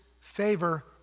favor